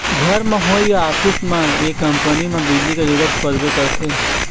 घर म होए या ऑफिस म ये कंपनी म बिजली के जरूरत परबे करथे